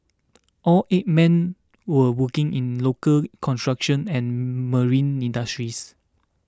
all eight man were working in the local construction and marine industries